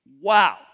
wow